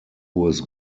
hohes